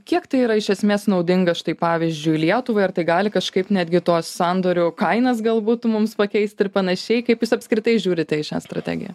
kiek tai yra iš esmės naudinga štai pavyzdžiui lietuvai ar tai gali kažkaip netgi tos sandorių kainas gal būtų mums pakeisti ir panašiai kaip jūs apskritai žiūrite į šią strategiją